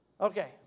Okay